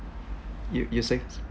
you you say first